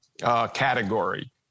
category